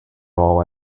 role